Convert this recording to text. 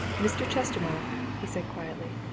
mr. chestermarke, he said quietly,